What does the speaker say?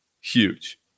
huge